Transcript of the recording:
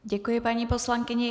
Děkuji paní poslankyni.